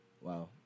Wow